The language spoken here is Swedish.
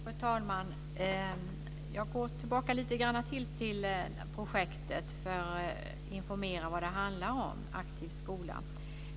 Fru talman! Jag går tillbaka lite grann till projektet Attraktiv skola för att informera om vad det handlar om.